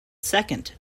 second